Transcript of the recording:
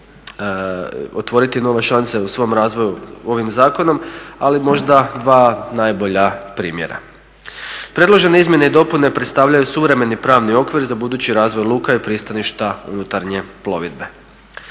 otvoriti nove šanse u svom razvoju ovim zakonom, ali možda dva najbolja primjera. Predložene izmjene i dopune predstavljaju suvremeni pravni okvir za budući razvoj luka i pristaništa unutarnje plovidbe.